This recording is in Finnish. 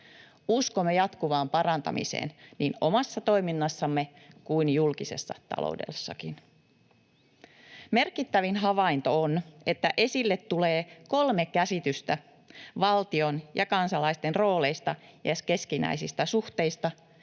Uskomme jatkuvaan parantamiseen niin omassa toiminnassamme kuin julkisessa taloudessakin. Merkittävin havainto on, että esille tulee kolme käsitystä valtion ja kansalaisten rooleista ja keskinäisistä suhteista,